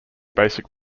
basic